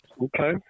Okay